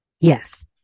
Yes